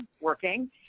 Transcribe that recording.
working